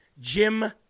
Jim